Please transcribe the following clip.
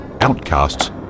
outcasts